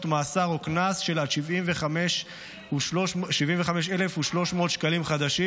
מאסר או קנס של עד 75,300 שקלים חדשים,